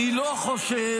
אני לא חושב,